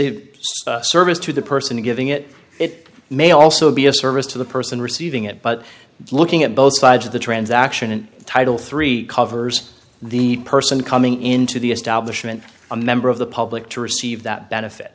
a service to the person giving it it may also be a service to the person receiving it but looking at both sides of the transaction and title three covers the person coming into the establishment a member of the public to receive that benefit